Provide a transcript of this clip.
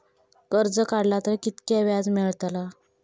कर्ज काडला तर कीतक्या व्याज मेळतला?